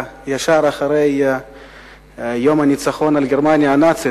ישר אחרי יום הניצחון על גרמניה הנאצית.